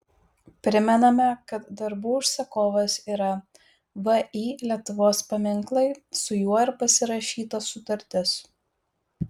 primename kad darbų užsakovas yra vį lietuvos paminklai su juo ir pasirašyta sutartis